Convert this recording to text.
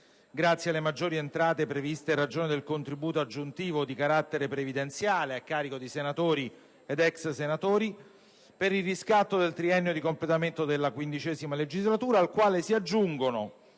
grazie alle maggiori entrate previste in ragione del contributo aggiuntivo di carattere previdenziale a carico di senatori ed ex senatori per il riscatto del triennio di completamento della XV legislatura, al quale si aggiungono